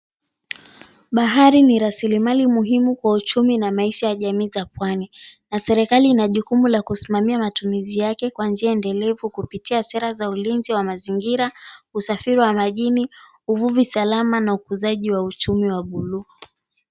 Bahari ni rasilimali muhimu kwa uchumi na maisha ya jamii za pwani. Na serikali ina jukumu la kusimamia matumizi yake kwa njia endelevu kupitia sera za ulinzi wa mazingira, usafiri wa majini, uvuvi salama na ukuzaji wa uchumi wa buluu.